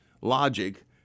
logic